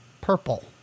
Purple